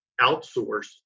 outsource